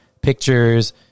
pictures